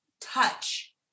touch